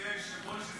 היושב-ראש,